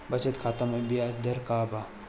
बचत खाता मे ब्याज दर का बा?